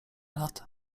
lat